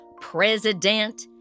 President